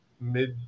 mid